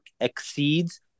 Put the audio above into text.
exceeds